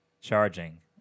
charging